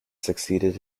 succeeded